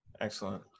Excellent